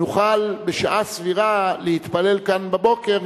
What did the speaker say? נוכל להתפלל כאן בשעה סבירה בבוקר,